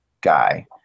guy